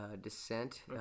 descent